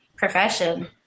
profession